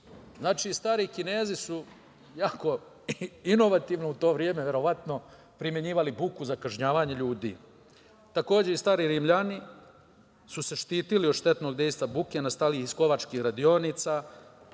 Znači, stari Kinezi su jako inovativno u to vreme primenjivali buku za kažnjavanje ljudi. Takođe i stari Rimljani su se štitili od štetnog dejstva buke nastale iz kovačkih radionica,